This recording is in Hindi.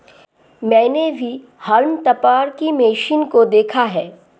मैंने भी हॉल्म टॉपर की मशीन को देखा है